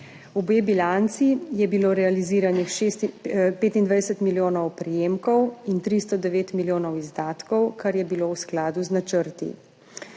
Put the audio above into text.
V B bilanci je bilo realiziranih 25 milijonov prejemkov in 309 milijonov izdatkov, kar je bilo v skladu z načrti.